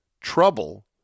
trouble